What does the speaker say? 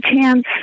chance